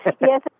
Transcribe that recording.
Yes